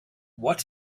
what